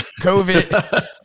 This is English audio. COVID